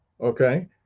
okay